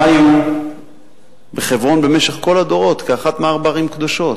במשך כל הדורות חיו בחברון כאחת מארבע ערים קדושות,